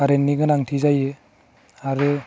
कारेन्टनि गोनांथि जायो आरो